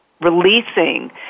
releasing